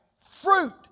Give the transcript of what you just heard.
Fruit